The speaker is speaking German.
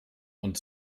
und